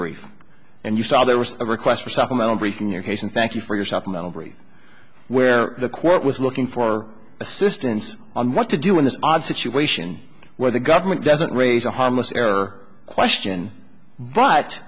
brief and you saw there was a request for supplemental briefing your case and thank you for your supplemental brief where the court was looking for assistance on what to do in this odd situation where the government doesn't raise a harmless error question but